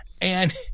And-